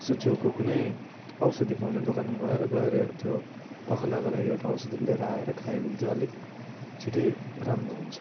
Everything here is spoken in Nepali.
यसो छेउको कुनै औषधी पाउने दोकान गएर गएर त्यो पखालाको लागि एउटा औषधी लिएर आएर खायो भने चाहिँ अलिक छिटै राम्रो हुन्छ